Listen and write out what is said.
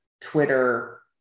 Twitter